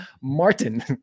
Martin